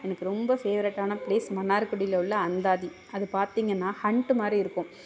எனக்கு ரொம்ப ஃபேவரெட்டான பிளேஸ் மன்னார்குடியில் உள்ள அந்தாதி அது பார்த்திங்ன்னா ஹண்ட் மாதிரி இருக்கும்